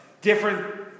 different